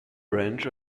branch